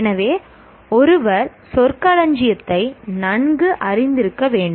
எனவே ஒருவர் சொற்களஞ்சியத்தை நன்கு அறிந்திருக்க வேண்டும்